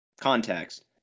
context